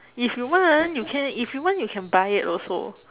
if you want you can if you want you can buy it also